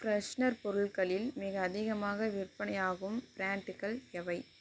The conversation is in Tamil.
ஃப்ரெஷனர் பொருட்களில் மிக அதிகமாக விற்பனையாகும் பிராண்டுகள் எவை